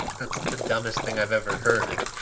that's the dumbest thing i've ever heard.